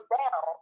down